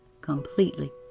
completely